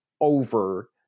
over